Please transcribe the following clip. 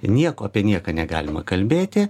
nieko apie nieką negalima kalbėti